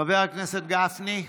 חבר הכנסת גפני,